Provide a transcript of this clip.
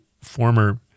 former